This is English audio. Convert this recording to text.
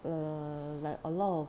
err like a lot of